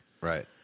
Right